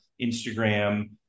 Instagram